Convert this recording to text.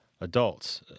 adults